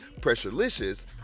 Pressurelicious